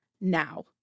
Now